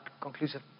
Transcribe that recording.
conclusive